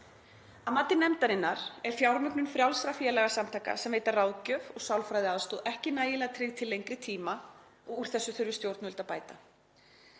mati nefndarinnar er fjármögnun frjálsra félagasamtaka sem veita ráðgjöf og sálfræðiaðstoð ekki nægilega tryggð til lengri tíma og úr því þurfi stjórnvöld að bæta.